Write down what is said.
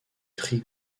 tri